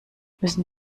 müssen